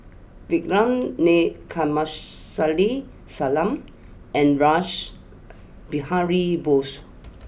Vikram Nair Kamsari Salam and Rash Behari Bose